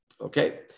Okay